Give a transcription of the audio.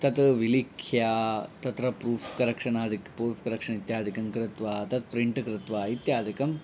तत् विलिख्य तत्र प्रूफ् करक्शन् आदिक प्रूफ् करक्शन् इत्यादिकं कृत्वा तत् प्रिन्ट् कृत्वा इत्यादिकम्